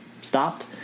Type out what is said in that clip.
stopped